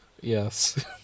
yes